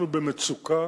אנחנו במצוקה